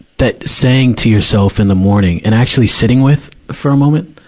that saying to yourself in the morning, and actually sitting with for a moment.